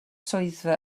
swyddfa